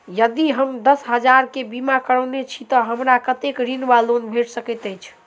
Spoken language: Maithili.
यदि हम दस हजार केँ बीमा करौने छीयै तऽ हमरा कत्तेक ऋण वा लोन भेट सकैत अछि?